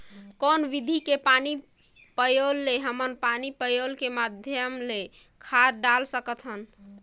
कौन विधि के पानी पलोय ले हमन पानी पलोय के माध्यम ले खाद डाल सकत हन?